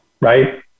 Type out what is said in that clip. right